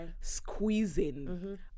squeezing